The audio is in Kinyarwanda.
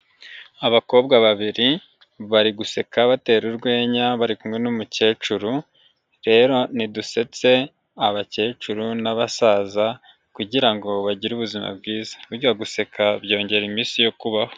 Abakobwa babiri bari guseka batera urwenya bari kumwe n'umukecuru, rero nidusetse abakecuru n'abasaza kugira ngo bagire ubuzima bwiza. Burya guseka byongera iminsi yo kubaho.